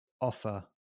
offer